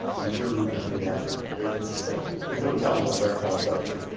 i'm sure we can do that. there's there's no telling what marathon's up to.